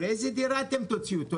לאיזה דירה תוציאו אותו?